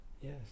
Yes